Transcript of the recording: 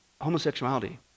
homosexuality